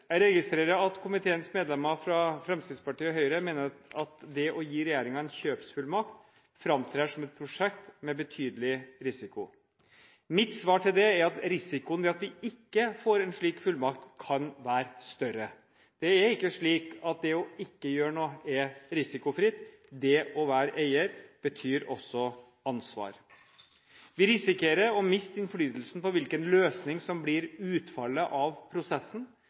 Jeg registrerer at komiteens medlemmer fra Fremskrittspartiet og Høyre mener at det å gi regjeringen en kjøpsfullmakt framtrer som et prosjekt med betydelig risiko. Mitt svar til det er at risikoen ved at vi ikke får en slik fullmakt, kan være større. Det er ikke slik at det ikke å gjøre noe er risikofritt. Det å være eier betyr også ansvar. Vi risikerer å miste innflytelse på hvilken løsning som blir utfallet av prosessen.